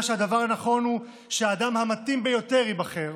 שהדבר הנכון הוא שהאדם המתאים ביותר ייבחר.